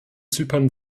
zypern